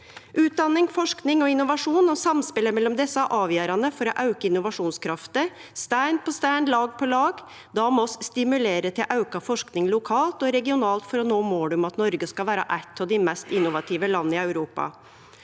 Utdanning, forsking og innovasjon – og samspelet mellom desse – er avgjerande for å auke innovasjonskrafta, stein på stein, lag på lag. Då må vi stimulere til auka forsking lokalt og regionalt for å nå målet om at Noreg skal vere eit av dei mest innovative landa i Europa.